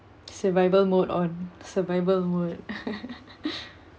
survival mode on survival mode